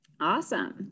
Awesome